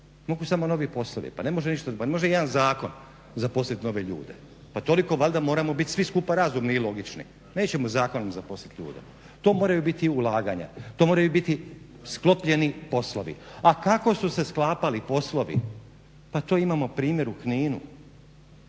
mogu samo novi poslovi. Pa ne može jedan zakon zaposlit nove ljude, pa toliko valjda moramo bit svi skupa razumni i logični. Nećemo zakonom zaposlit ljude, to moraju biti ulaganja, to moraju biti sklopljeni poslovi. A kako su se sklapali poslovi pa to imamo primjer u Kninu,